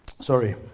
Sorry